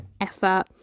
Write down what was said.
effort